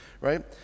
right